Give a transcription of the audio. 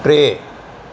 टे